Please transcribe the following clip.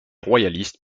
royalistes